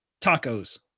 tacos